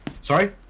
Sorry